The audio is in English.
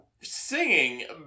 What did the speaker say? singing